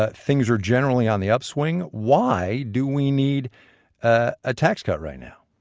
but things are generally on the upswing. why do we need a tax cut right now?